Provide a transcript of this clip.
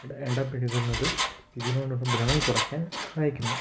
ഇടപഴകുന്നത് ഇതിനോടുള്ള ഭ്രമം കുറയ്ക്കാൻ സഹായിക്കുന്നു